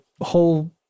whole